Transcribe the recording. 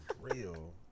real